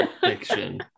Fiction